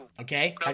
Okay